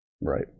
Right